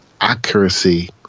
accuracy